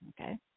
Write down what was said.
okay